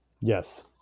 Yes